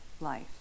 life